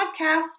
podcast